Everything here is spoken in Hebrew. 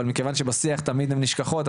אבל מכיוון שבשיח תמיד הן נשכחות,